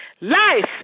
Life